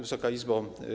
Wysoka Izbo!